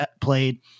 played